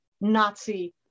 Nazi